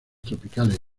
tropicales